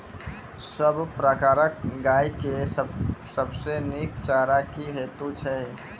सब प्रकारक गाय के सबसे नीक चारा की हेतु छै?